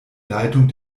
leitung